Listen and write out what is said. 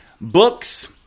books